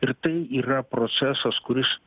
ir tai yra procesas kuris